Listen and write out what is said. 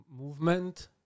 movement